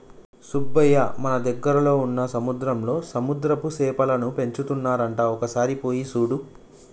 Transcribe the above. సుబ్బయ్య మన దగ్గరలో వున్న సముద్రంలో సముద్రపు సేపలను పెంచుతున్నారంట ఒక సారి పోయి సూడు